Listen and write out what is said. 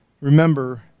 remember